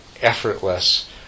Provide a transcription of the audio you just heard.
effortless